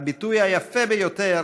הביטוי היפה ביותר